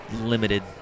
limited